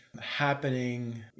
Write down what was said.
happening